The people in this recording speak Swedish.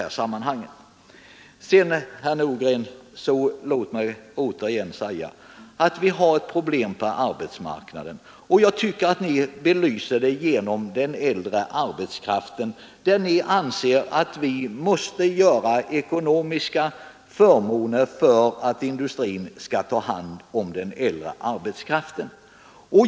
Låt mig, herr Nordgren, återigen säga att vi har ett problem på arbetsmarknaden, som jag anser speglas i er syn på den äldre arbetskraften; ni anser att vi måste fatta beslut om ekonomiska förmåner för att industrin skall ta hand om den äldre arbetskraften.